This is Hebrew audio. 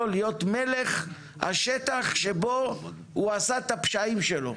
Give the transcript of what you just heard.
להיות מלך בשטח שבו הוא עשה את הפשעים שלו.